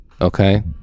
okay